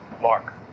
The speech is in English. Mark